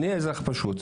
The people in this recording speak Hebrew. אני אזרח פשוט,